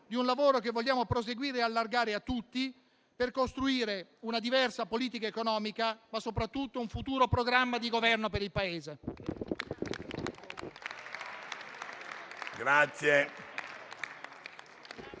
di un lavoro che vogliamo proseguire e allargare a tutti, per costruire una diversa politica economica, ma soprattutto un futuro programma di Governo per il Paese.